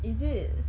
is it